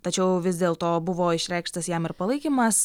tačiau vis dėlto buvo išreikštas jam ir palaikymas